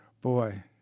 boy